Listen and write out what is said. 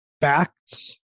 facts